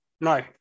no